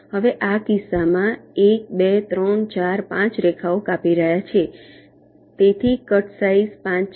હવે આ કિસ્સામાં તે 1 2 3 4 5 રેખાઓ કાપી રહ્યા છે તેથી કટસાઈઝ 5 છે